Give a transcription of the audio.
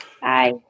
Bye